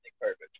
perfect